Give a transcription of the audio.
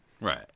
Right